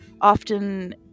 often